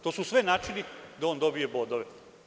To su sve načini da on dobije bodove.